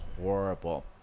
horrible